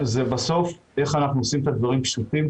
בסוף זה איך אנחנו עושים את הדברים פשוטים,